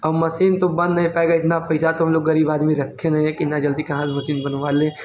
और मसीन तो बन नहीं पाएगा इतना पैसा तो हम लोग गरीब आदमी रखे नहीं हैं कि इतना जल्दी कहाँ से मसीन बनवा लें